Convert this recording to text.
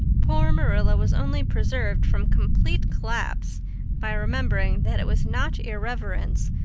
poor marilla was only preserved from complete collapse by remembering that it was not irreverence,